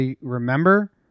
remember